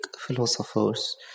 philosophers